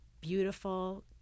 beautiful